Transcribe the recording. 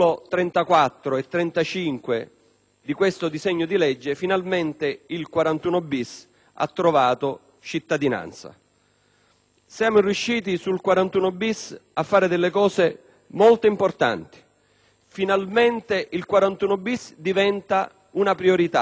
di legge al nostro esame finalmente il 41-*bis* ha trovato cittadinanza. Siamo riusciti a fare delle cose molto importanti. Finalmente il 41-*bis* diventa una priorità della politica e del Parlamento.